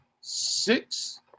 six